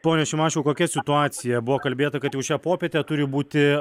pone šimašiau kokia situacija buvo kalbėta kad jau šią popietę turi būti